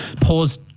Pause